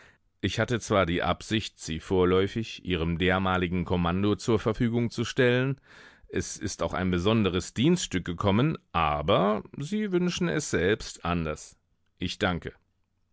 ich hatte zwar die absicht sie vorläufig ihrem dermaligen kommando zur verfügung zu stellen es ist auch ein besonderes dienststück gekommen aber sie wünschen es selbst anders ich danke